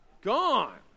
Gone